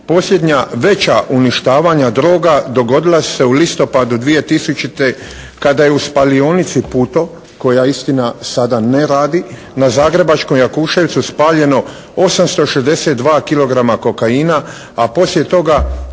posljednja veća uništavanja droga dogodila su se u listopadu 2000. kada je u spalionici «Puto» koja istina sada ne radi, na zagrebačkom Jakuševcu spaljeno 862 kilograma kokaina, a poslije toga